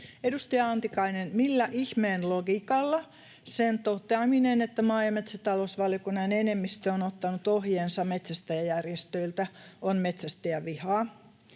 Edustaja Antikainen, millä ihmeen logiikalla sen toteaminen, että maa- ja metsätalousvaliokunnan enemmistö on ottanut ohjeensa metsästäjäjärjestöiltä, on metsästäjävihaa,